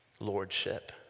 lordship